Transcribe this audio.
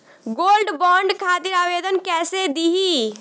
Gold bond खातिर आवेदन कैसे दिही?